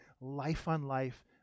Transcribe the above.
life-on-life